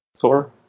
Thor